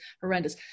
horrendous